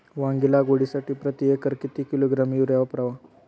वांगी लागवडीसाठी प्रती एकर किती किलोग्रॅम युरिया वापरावा?